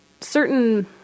certain